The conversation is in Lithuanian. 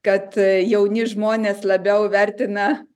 kad jauni žmonės labiau vertina